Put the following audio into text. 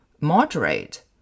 moderate